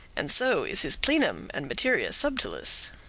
and so is his plenum and materia subtilis.